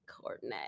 courtney